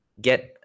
get